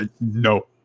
No